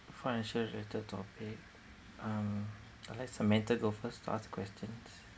financial related topic um I let samantha go first to ask the questions